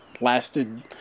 lasted